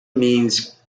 means